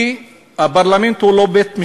כי הפרלמנט הוא לא בית-משפט,